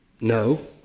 No